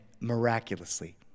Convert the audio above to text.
miraculously